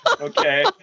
Okay